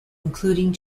including